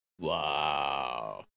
Wow